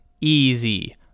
Easy